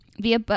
via